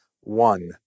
one